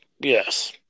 Yes